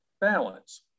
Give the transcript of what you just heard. balance